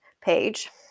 page